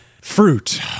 fruit